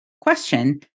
question